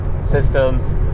Systems